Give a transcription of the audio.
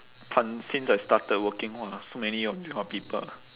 tons since I started working what ah so many of this kind of people